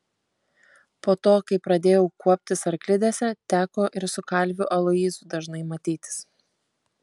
po to kai pradėjau kuoptis arklidėse teko ir su kalviu aloyzu dažnai matytis